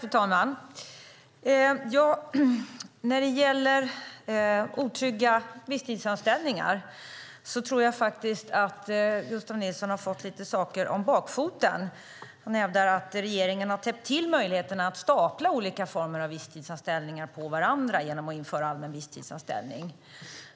Fru talman! När det gäller otrygga visstidsanställningar tror jag faktiskt att Gustav Nilsson har fått några saker om bakfoten. Han hävdar att regeringen har täppt till möjligheten att stapla olika former av visstidsanställningar på varandra genom att införa allmän visstidsanställning